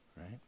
Right